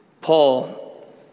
Paul